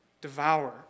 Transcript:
devour